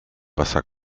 wasser